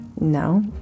No